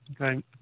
Okay